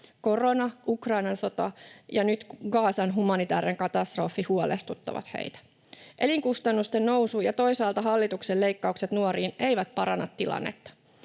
korona, Ukrainan sota ja nyt Gazan humanitaarinen katastrofi huolestuttavat heitä. Elinkustannusten nousu ja toisaalta hallituksen leikkaukset nuoriin eivät paranna tilannetta.